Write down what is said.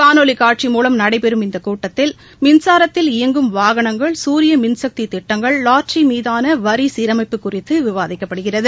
காணொலி காட்சி மூலம் நடைபெறும் இந்த கூட்டத்தில் மின்சாரத்தில் இயங்கும் வாகனங்கள் குரிய மின்சக்தி திட்டங்கள் லாட்டரி மீதான வரி சீரமைப்பு குறித்து விவாதிக்கப்படுகிறது